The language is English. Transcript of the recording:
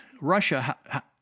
Russia